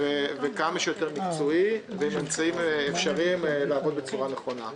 ובאופן כמה שיותר מקצועי ובאמצעים שיאפשרו לעבוד בצורה נכונה.